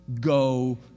Go